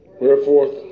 Wherefore